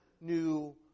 new